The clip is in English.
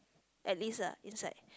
at least ah inside